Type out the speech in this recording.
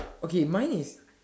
okay mine is